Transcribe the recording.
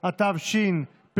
לדיור (הוראת שעה) (תיקון מס' 7),